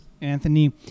Anthony